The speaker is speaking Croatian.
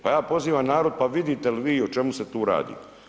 Pa ja pozivam narod, pa vidite li o čemu se tu radi?